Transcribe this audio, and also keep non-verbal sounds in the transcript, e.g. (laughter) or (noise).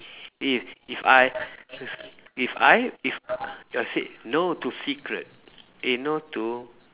if if I (noise) if I if I said no to cigarette eh no to